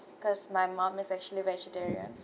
cause my mom is actually vegetarian